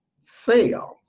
sales